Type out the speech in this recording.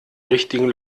richtigen